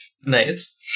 Nice